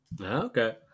Okay